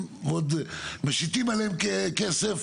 ועוד משיתים עליהם כסף,